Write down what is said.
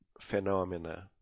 phenomena